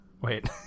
wait